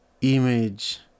image